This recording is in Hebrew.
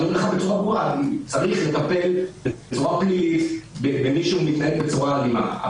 צריך לטפל בצורה פלילית במי שמתנהל בצורה אלימה,